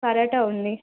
పరాట ఉంది